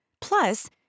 Plus